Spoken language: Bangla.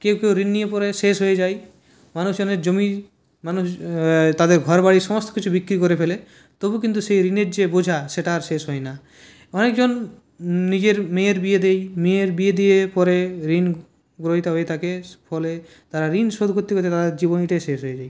কেউ কেউ ঋণ নিয়ে পরে শেষ হয়ে যায় মানুষজনের জমি মানুষ তাদের ঘরবাড়ি সমস্ত কিছু বিক্রি করে ফেলে তবু কিন্তু সেই ঋণের যে বোঝা সেটা আর শেষ হয় না অনেকজন নিজের মেয়ের বিয়ে দেয় মেয়ের বিয়ে দিয়ে পরে ঋণ গ্রহিতা হয়ে থাকে ফলে তারা ঋণ শোধ করতে করতে তাদের জীবনীটাই শেষ হয়ে যায়